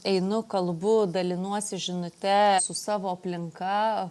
einu kalbu dalinuosi žinute su savo aplinka